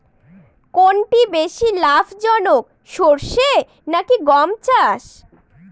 কোনটি বেশি লাভজনক সরষে নাকি গম চাষ?